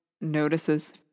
notices